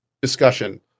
discussion